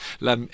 La